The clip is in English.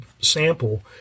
sample—